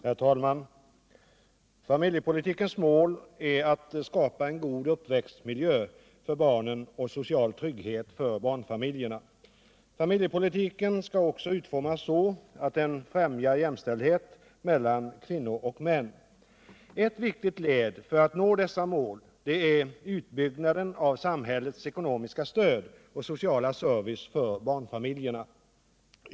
Herr talman! Familjepolitikens mål är att skapa en god uppväxtmiljö för barnen och social trygghet för barnfamiljerna. Familjepolitiken skall också utformas så att den främjar jämställdhet mellan kvinnor och män. Ett viktigt led för att nå dessa mål är utbyggnaden av samhällets ekonomiska stöd och sociala service för barnfamiljerna.